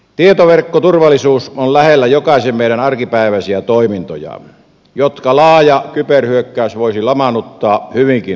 tietoverkkoturvallisuus on lähellä jokaisen meidän arkipäiväisiä toimintoja jotka laaja kyberhyökkäys voisi lamaannuttaa hyvinkin nopeasti